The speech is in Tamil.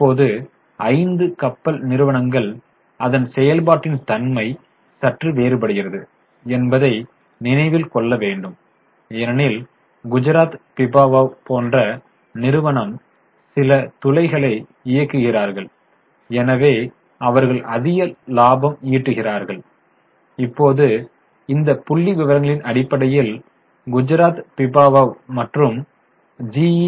இப்போது 5 கப்பல் நிறுவனங்கள் அதன் செயல்பாட்டின் தன்மை சற்று வேறுபடுகிறது என்பதை நினைவில் கொள்ள வேண்டும் ஏனெனில் குஜராத் பிபாவவ் போன்ற நிறுவனம் சில துளைகளை இயக்குகிறார்கள் எனவே அவர்கள் அதிக லாபம் ஈட்டுகிறார்கள் இப்போது இந்தப் புள்ளிவிவரங்களின் அடிப்படையில் குஜராத் பிபாவவ் மற்றும் ஜி